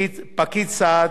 פקיד סעד,